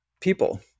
people